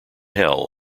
hell